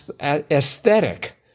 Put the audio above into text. aesthetic